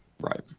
Right